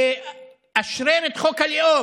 ולאשרר את חוק הלאום,